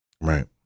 Right